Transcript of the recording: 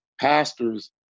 Pastors